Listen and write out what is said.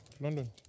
London